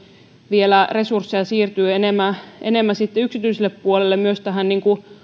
resursseja siirtyy vielä enemmän yksityiselle puolelle myös tähän